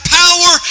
power